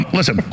Listen